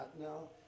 No